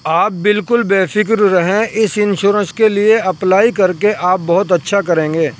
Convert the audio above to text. آپ بالکل بےفکر رہیں اس انشورنس کے لیے اپلائی کر کے آپ بہت اچھا کریں گے